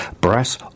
Brass